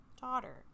daughter